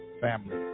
family